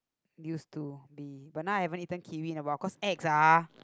used to be but now I haven't eaten kiwi in a while cause ex ah